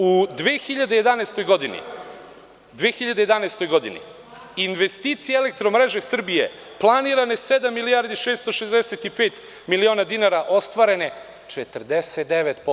U 2011. godini investicija Elektromreža Srbije, planirana sedam milijardi 665 miliona dinara, ostvarene 49%